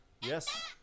Yes